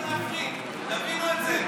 אי-אפשר להפריד, תבינו את זה.